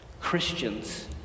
Christians